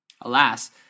Alas